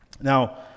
Now